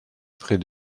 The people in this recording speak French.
près